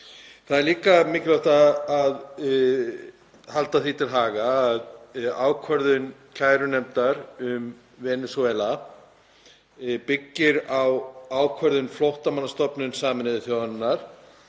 Það er líka mikilvægt að halda því til haga að ákvörðun kærunefndar um Venesúela byggir á ákvörðun Flóttamannastofnunar Sameinuðu þjóðanna